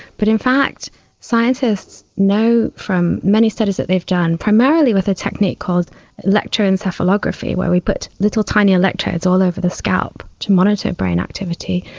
but in fact scientists know from many studies that they've done, primarily with a technique called electroencephalography where we put little tiny electrodes all over the scalp to monitor brain activity,